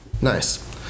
Nice